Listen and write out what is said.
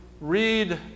read